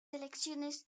elecciones